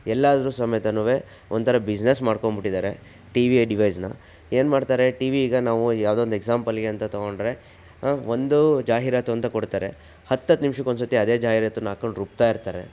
ಎಲ್ಲದರ ಸಮೇತವೂ ಒಂಥರ ಬಿಸ್ನೆಸ್ ಮಾಡ್ಕೊಂಡ್ಬಿಟ್ಟಿದಾರೆ ಟಿ ವಿ ಡಿವೈಸ್ನ ಏನು ಮಾಡ್ತಾರೆ ಟಿ ವಿ ಈಗ ನಾವು ಯಾವುದೋ ಒಂದು ಎಕ್ಸಾಂಪಲ್ಲಿಗೆ ಅಂತ ತೊಗೊಂಡ್ರೆ ಒಂದು ಜಾಹೀರಾತು ಅಂತ ಕೊಡ್ತಾರೆ ಹತ್ತತ್ತು ನಿಮಿಷಕ್ಕೆ ಒಂದ್ಸರ್ತಿ ಅದೇ ಜಾಹೀರಾತನ್ನ ಹಾಕ್ಕೊಂಡು ರುಬ್ತಾಯಿರ್ತಾರೆ